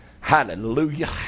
Hallelujah